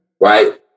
Right